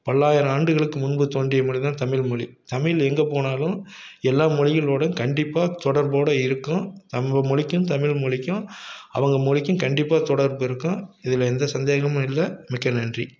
பல்லாயிரம் ஆண்டுகளுக்கு முன்பு தோன்றிய மொழி தான் தமிழ்மொழி தமிழ் எங்கே போனாலும் எல்லா மொழிகளோடையும் கண்டிப்பாக தொடர்போடு இருக்கும் நம்ப மொழிக்கும் தமிழ் மொழிக்கும் அவங்க மொழிக்கும் கண்டிப்பாக தொடர்பு இருக்கும் இதில் எந்த சந்தேகமும் இல்லை மிக்க நன்றி